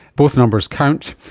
both numbers count,